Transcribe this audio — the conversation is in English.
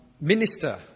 minister